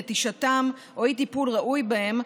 נטישתם או אי-טיפול ראוי בהם,